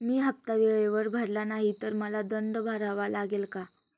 मी हफ्ता वेळेवर भरला नाही तर मला दंड भरावा लागेल का?